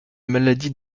maladie